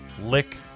lick